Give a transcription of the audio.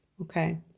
Okay